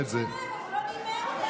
אדוני היושב-ראש, אבל הוא לא נימק למה.